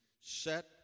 set